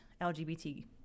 LGBT